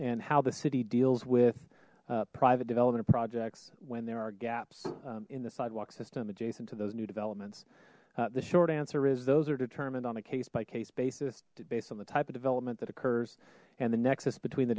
and how the city deals with private development projects when there are gaps in the sidewalk system adjacent to those new developments the short answer is those are determined on a case by case basis based on the type of devel that occurs and the nexus between the